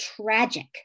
tragic